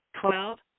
Twelve